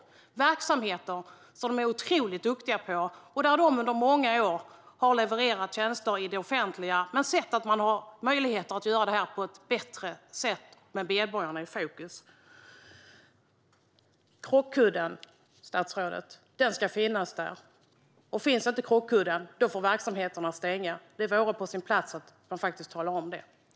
Det är verksamheter som de är otroligt duktiga på och där de under många år har levererat tjänster i det offentliga men sett att det finns möjligheter att göra det på ett bättre sätt, med medborgarna i fokus. Krockkudden ska finnas där, statsrådet. Om den inte finns får verksamheterna stänga, och det vore på sin plats att faktiskt tala om det.